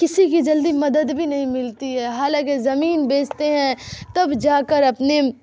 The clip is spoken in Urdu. کسی کی جلدی مدد بھی نہیں ملتی ہے حالانکہ زمین بیچتے ہیں تب جا کر اپنے